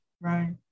right